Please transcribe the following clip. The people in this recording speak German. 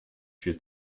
viel